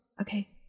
Okay